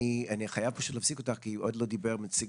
אני חייב להפסיק אותך כי עוד לא דיברו נציג